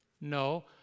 no